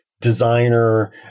designer